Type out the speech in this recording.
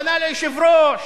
פנה ליושב-ראש,